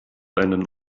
einen